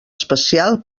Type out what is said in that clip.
especial